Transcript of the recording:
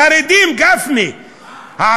החרדים, גפני, מה?